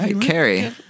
Carrie